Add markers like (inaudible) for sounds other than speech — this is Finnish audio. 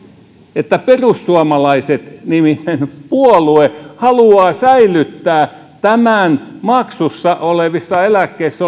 että perussuomalaiset niminen puolue haluaa säilyttää yhden suurimmista maksussa olevissa eläkkeissä (unintelligible)